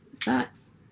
sucks